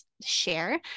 share